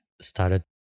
started